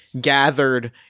gathered